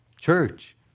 church